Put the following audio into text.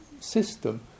system